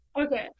Okay